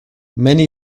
many